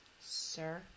sir